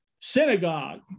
synagogue